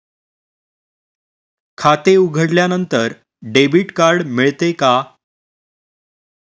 खाते उघडल्यानंतर debit card मिळते का?